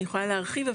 אני יכולה להרחיב,